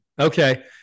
Okay